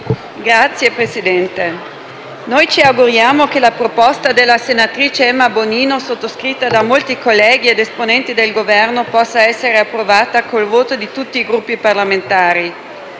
Signor Presidente, ci auguriamo che la mozione proposta della senatrice Emma Bonino, sottoscritta da molti colleghi ed esponenti del Governo, possa essere approvata col voto di tutti i Gruppi parlamentari.